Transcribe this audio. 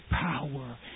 power